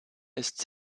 ist